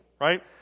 right